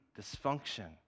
dysfunction